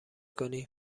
کنی